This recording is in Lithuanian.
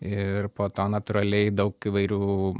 ir po to natūraliai daug įvairių